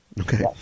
Okay